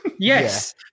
Yes